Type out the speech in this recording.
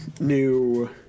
new